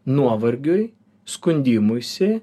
nuovargiui skundimuisi